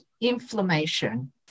inflammation